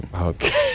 Okay